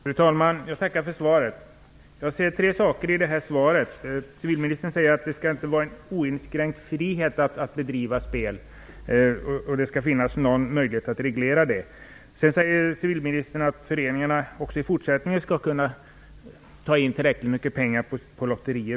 Fru talman! Jag tackar för svaret. Jag ser tre saker i svaret. Civilministern säger först att det inte skall vara en oinskränkt frihet att bedriva spel, och det skall finnas någon möjlighet att reglera dem. Sedan säger civilministern att föreningarna också i fortsättningen skall kunna ta in tillräckligt mycket pengar på lotterier.